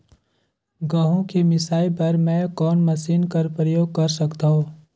गहूं के मिसाई बर मै कोन मशीन कर प्रयोग कर सकधव?